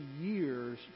years